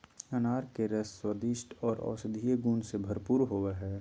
अनार के रस स्वादिष्ट आर औषधीय गुण से भरपूर होवई हई